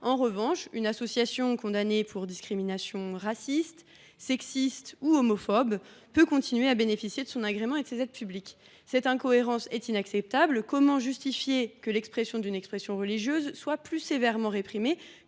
En revanche, une association condamnée pour discrimination raciale, sexiste ou homophobe pourra continuer à bénéficier de son agrément et de ses aides publiques. Cette incohérence est inacceptable ! Comment justifier que l’expression d’une croyance religieuse soit plus sévèrement réprimée